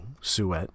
Suet